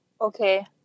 Okay